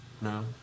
No